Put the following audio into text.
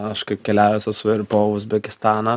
aš kaip keliavęs esu ir po uzbekistaną